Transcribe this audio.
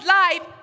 life